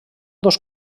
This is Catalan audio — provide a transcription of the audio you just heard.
dos